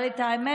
אבל האמת,